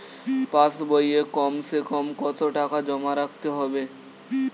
পাশ বইয়ে কমসেকম কত টাকা জমা রাখতে হবে?